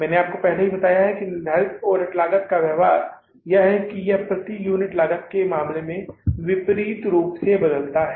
मैंने आपको पहले भी बताया था कि निर्धारित ओवरहेड लागत का व्यवहार यह है कि यह प्रति यूनिट लागत के मामले में विपरीत रूप से बदलता है